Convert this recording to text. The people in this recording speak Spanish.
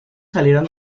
salieron